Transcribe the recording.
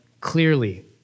clearly